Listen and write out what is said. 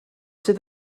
sydd